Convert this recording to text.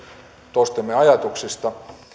toistemme ajatuksista